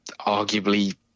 arguably